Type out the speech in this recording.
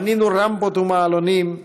בנינו רמפות ומעלונים,